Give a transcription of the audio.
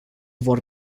vor